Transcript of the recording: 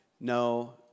no